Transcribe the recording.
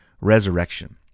resurrection